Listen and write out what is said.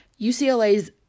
UCLA's